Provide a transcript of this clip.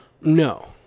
No